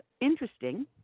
interesting